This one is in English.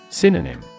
Synonym